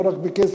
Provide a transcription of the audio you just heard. לא רק בכסף,